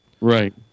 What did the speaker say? Right